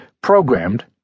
programmed